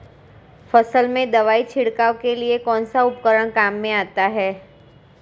फसल में दवाई छिड़काव के लिए कौनसा उपकरण काम में आता है?